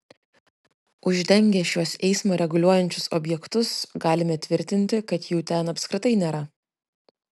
uždengę šiuos eismą reguliuojančius objektus galime tvirtinti kad jų ten apskritai nėra